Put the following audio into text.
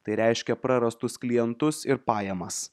tai reiškia prarastus klientus ir pajamas